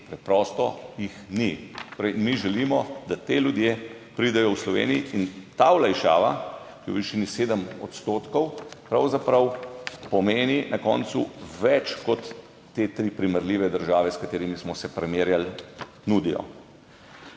Preprosto jih ni. Torej, mi želimo, da ti ljudje pridejo v Sloveniji in ta olajšava je v višini 7 odstotkov pravzaprav pomeni na koncu več kot te tri primerljive države s katerimi smo se primerjali, nudijo.